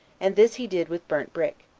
and this he did with burnt brick.